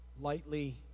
lightly